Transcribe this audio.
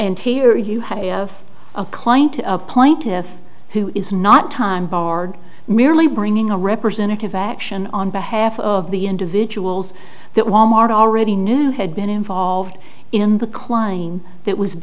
and here you have a of a client appointive who is not time barred merely bringing a representative action on behalf of the individuals that wal mart already knew had been involved in the klein that was